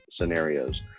scenarios